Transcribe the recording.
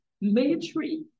military